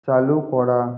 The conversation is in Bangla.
চালু করা